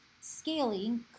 scaling